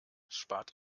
spart